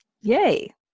Yay